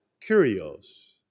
curios